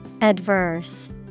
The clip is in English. Adverse